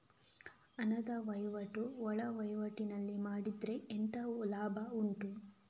ಹಣದ ವಹಿವಾಟು ಒಳವಹಿವಾಟಿನಲ್ಲಿ ಮಾಡಿದ್ರೆ ಎಂತ ಲಾಭ ಉಂಟು?